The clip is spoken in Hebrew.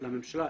לממשלה,